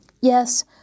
Yes